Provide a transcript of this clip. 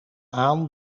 aan